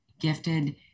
gifted